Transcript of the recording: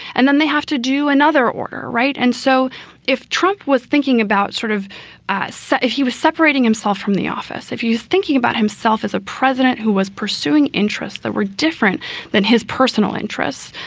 and then they have to do another order. right. and so if trump was thinking about sort of as so if he was separating himself from the office, if you thinking about himself as a president who was pursuing interests that were different than his personal interests,